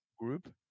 group